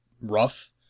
rough